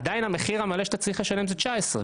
עדיין המחיר המלא שאתה צריך לשלם זה 19 שקלים,